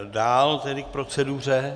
Dál tedy k proceduře.